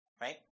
right